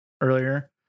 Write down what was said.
earlier